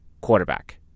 quarterback